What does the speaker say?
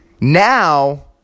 Now